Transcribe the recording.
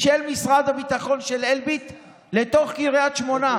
של משרד הביטחון, של אלביט, לתוך קריית שמונה.